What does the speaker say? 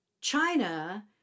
China